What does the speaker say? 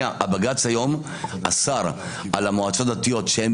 הבג"ץ היום אסר על המועצות הדתיות שהם